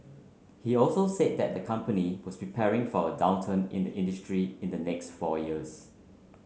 he also said that the company was preparing for a downturn in the industry in the next four years